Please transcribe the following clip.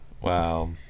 Wow